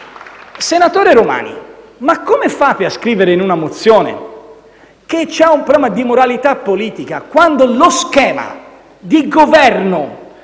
Senatore Paolo Romani, ma come fate a scrivere in una mozione che esiste un problema di moralità politica quando lo schema di Governo